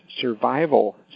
survival